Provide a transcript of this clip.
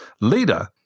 leader